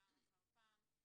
פעם אחר פעם,